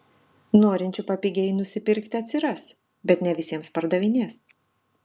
norinčių papigiai nusipirkti atsiras bet ne visiems pardavinės